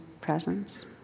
presence